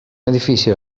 edifici